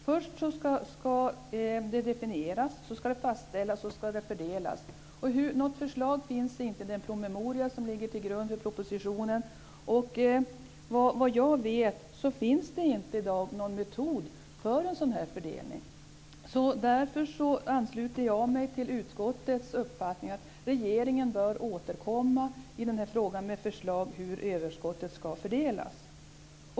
Först ska det definieras, sedan ska det fastställas och därefter ska det fördelas. Något förslag finns inte i den promemoria som ligger till grund för propositionen. Såvitt jag vet finns det inte i dag någon metod för en sådan här fördelning. Därför ansluter jag mig till utskottets uppfattning att regeringen bör återkomma i den här frågan med förslag om hur överskottet ska fördelas.